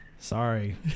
Sorry